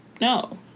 no